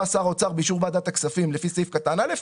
שר האוצר באישור ועדת הכספים לפי סעיף קטן א',